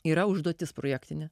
yra užduotis projektinė